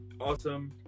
awesome